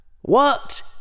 What